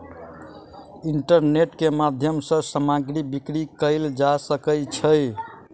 internet के माध्यम सॅ सामग्री बिक्री कयल जा सकै छै